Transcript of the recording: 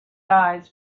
eyes